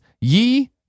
Ye